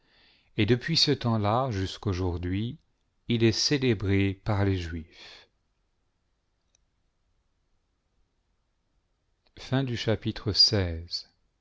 et depuis ce temps-là jusqu'aujourd'hui il est célébré par les juifs